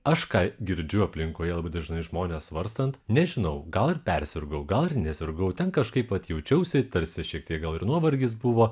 aš ką girdžiu aplinkoje labai dažnai žmonės svarstant nežinau gal ir persirgau gal nesirgau ten kažkaip vat jaučiausi tarsi šiek tiek gal ir nuovargis buvo